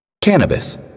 Cannabis